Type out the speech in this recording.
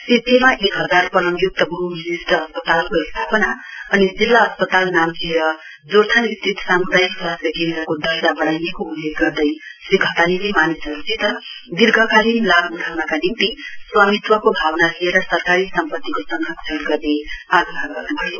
सिच्छेमा एकहजार पलङ्य्क्त बह्विशिष्ठ अस्पतालको स्थापना अनि जिल्ला अस्पताल नाम्ची र जोरथाङ स्थित साम्दायिक स्वास्थ्य केन्द्रको दर्जा बडाईएको उल्लेख गर्दै श्री घतानीले मानिसहरूसित दीर्घकालीन लाभ उठाउनका निम्ति स्वामीत्वको भावना लिएर सरकारी सम्पत्तिको संरक्षण गर्ने आग्रह गर्नुभयो